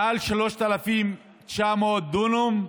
מעל 3,900 דונם,